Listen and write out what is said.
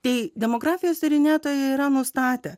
tai demografijos tyrinėtojai yra nustatę